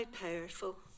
Powerful